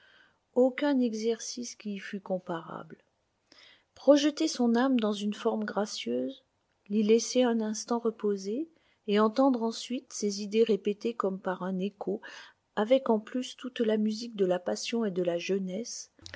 aucun exercice qui y fût comparable projeter son âme dans une forme gracieuse l'y laisser un instant reposer et entendre ensuite ses idées répétées comme par un écho avec en plus toute la musique de la passion et de la jeunesse